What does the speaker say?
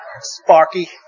Sparky